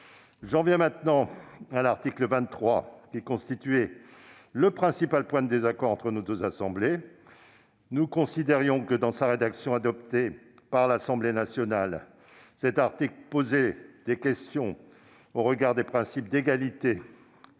de police. L'article 23 constituait le principal point de désaccord entre nos deux assemblées. Nous considérions que, dans sa rédaction adoptée par l'Assemblée nationale, l'article posait des questions au regard des principes d'égalité,